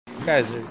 Guys